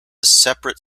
separate